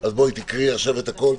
אז תקראי הכול.